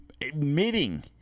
admitting